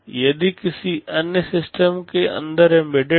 यह किसी अन्य सिस्टम के अंदर एम्बेडेड है